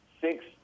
Six